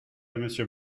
monsieur